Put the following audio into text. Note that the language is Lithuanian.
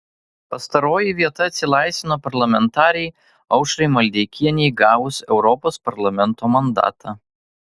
pastaroji vieta atsilaisvino parlamentarei aušrai maldeikienei gavus europos parlamento mandatą